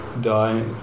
die